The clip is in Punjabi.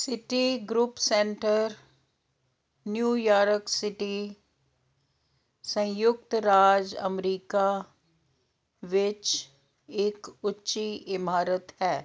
ਸਿਟੀਗਰੁੱਪ ਸੈਂਟਰ ਨਿਊਯਾਰਕ ਸਿਟੀ ਸੰਯੁਕਤ ਰਾਜ ਅਮਰੀਕਾ ਵਿੱਚ ਇੱਕ ਉੱਚੀ ਇਮਾਰਤ ਹੈ